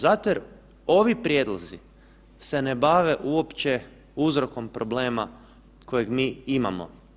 Zato jer ovi prijedlozi se ne bave uopće uzrokom problema kojeg mi imamo.